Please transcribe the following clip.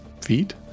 feet